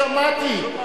שמעתי.